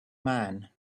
man